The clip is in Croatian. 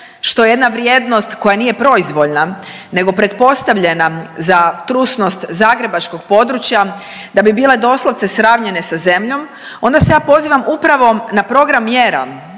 što je jedna vrijednost koja nije proizvoljna nego pretpostavljena za trusnost zagrebačkog područja da bi bile doslovce sravnjene sa zemljom onda se ja pozivam upravo na program mjera